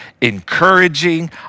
encouraging